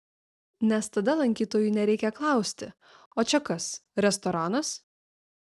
nes tada lankytojui nereikia klausti o čia kas restoranas